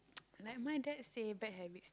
like my dad say bad habits